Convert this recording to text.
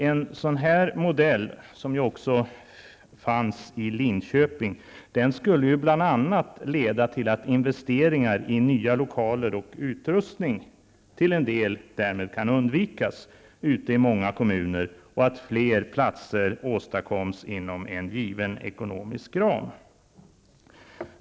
En sådan här modell, som också fanns i Linköping, skulle bl.a. leda till att investeringar i nya lokaler och utrustning till en del därmed kan undvikas i många kommuner och att fler platser åstadkoms inom en given ekonomisk ram.